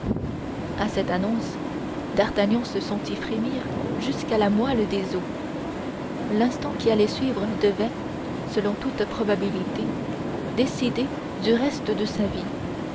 à cette annonce d'artagnan se sentit frémir jusqu'à la moelle des os l'instant qui allait suivre devait selon toute probabilité décider du reste de sa vie